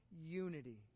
unity